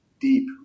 deep